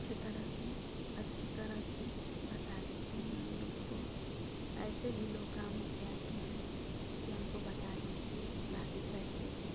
अच्छी तरह से अच्छी तरह से बता देते हैं उन लोग को ऐसे भी लोग गाँव से आते हैं कि हम को बता दीजिए भाभी कैसे